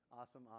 awesome